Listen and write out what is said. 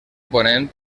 ponent